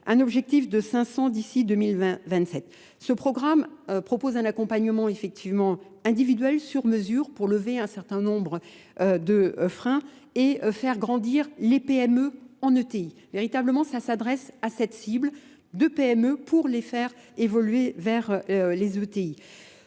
un objectif de 500 d'ici 2027. Ce programme propose un accompagnement effectivement individuel sur mesure pour lever un certain nombre de freins et faire grandir les PME en ETI. Véritablement ça s'adresse à cette cible de PME pour les faire évoluer vers les ETI.